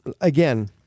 again